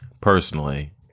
personally